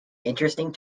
interesting